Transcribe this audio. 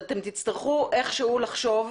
אתם תצטרכו איכשהו לחשוב,